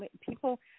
people